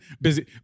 busy